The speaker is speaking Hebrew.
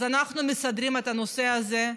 אז אנחנו מסדרים את הנושא הזה.